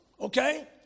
okay